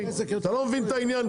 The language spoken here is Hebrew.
אתה כנראה לא מבין את העניין,